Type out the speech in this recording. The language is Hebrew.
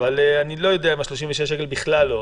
אם ל-36 שקל הייתה השפעה.